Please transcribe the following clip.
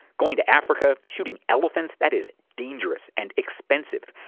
going to africa, shooting elephants. that is dangerous and expensive,